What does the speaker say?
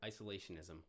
isolationism